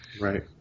Right